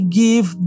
give